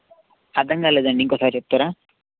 అర్దం కాలేదండి ఇంకోసారి చెప్తారా